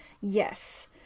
Yes